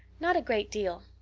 not a great deal.